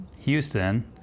Houston